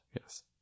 Yes